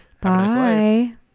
Bye